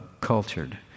cultured